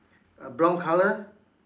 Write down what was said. a brown colour